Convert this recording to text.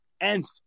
nth